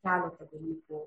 keletą dalykių